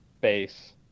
base